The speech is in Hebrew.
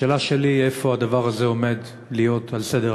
השאלה שלי היא: איפה הדבר הזה עומד להיות בסדר-היום